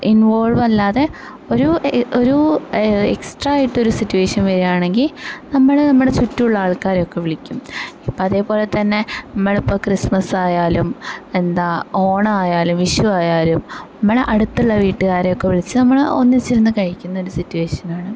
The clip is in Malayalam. ഇന്വോള്വല്ലാതെ ഒരു ഒരു എക്സ്ട്രായിട്ട് ഒരു സിറ്റുവേഷന് വരികയാണെങ്കിൽ നമ്മള് നമ്മുടെ ചുറ്റുള്ള ആള്ക്കാരെ ഒക്കെ വിളിക്കും ഇപ്പം അതുപോലെ തന്നെ നമ്മളിപ്പം ക്രിസ്മസായാലും എന്താ ഓണമായാലും വിഷുവായാലും നമ്മുടെ അടുത്തുള്ള വീട്ടുകാരെയൊക്കെ വിളിച്ച് നമ്മള് ഒന്നിച്ചിരുന്നു കഴിക്കുന്ന ഒരു സിറ്റുവേഷനാണ്